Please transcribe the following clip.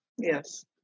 Yes